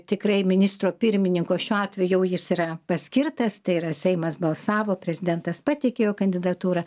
tikrai ministro pirmininko šiuo atveju jau jis yra paskirtas tai yra seimas balsavo prezidentas pateikė jo kandidatūrą